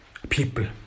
People